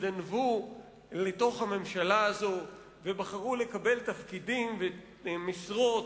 הזדנבו לתוך הממשלה הזאת ובחרו לקבל תפקידים ומשרות,